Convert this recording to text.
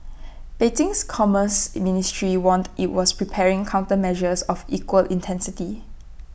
Beijing's commerce in ministry warned IT was preparing countermeasures of equal intensity